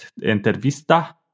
entrevista